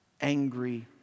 angry